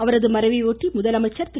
அவரது மறைவை ஒட்டி முதலமைச்சர் திரு